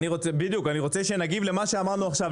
אני רוצה שיגיבו למה שאמרנו עכשיו,